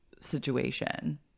situation